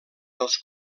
dels